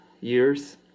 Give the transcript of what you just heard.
years